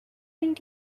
did